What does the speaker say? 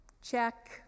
Check